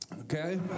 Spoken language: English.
okay